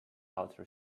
outer